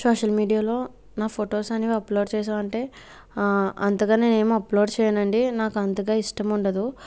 social మీడియాలో నా photos అనేవి అప్లోడ్ చేసానంటే అంతగా నేనేమి అప్లోడ్ చేయనండి నాకు అంతగా ఇష్టముండదు